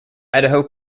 idaho